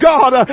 God